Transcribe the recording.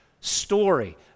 story